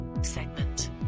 segment